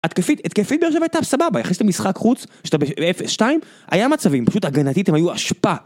התקפית, התקפית ביושב הייתה סבבה, אחרי שאתה משחק חוץ, שאתה באפס שתיים, היה מצבים, פשוט הגנתית, הם היו אשפה.